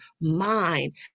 mind